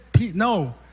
no